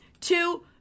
Two